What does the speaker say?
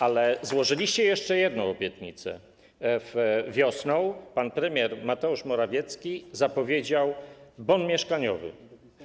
Ale złożyliście jeszcze jedną obietnicę - wiosną pan premier Mateusz Morawiecki zapowiedział bon mieszkaniowy.